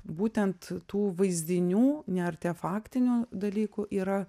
būtent tų vaizdinių neartefaktinių dalykų yra